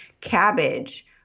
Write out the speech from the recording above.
cabbage